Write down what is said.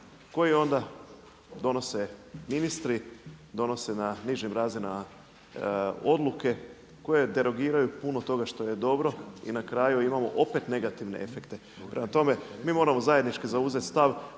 koji onda donose ministri, donose na nižim razinama odluke koje derogiraju puno toga što je dobro. I na kraju opet imamo negativne efekte. Prema tome, mi moramo zajednički zauzeti stav,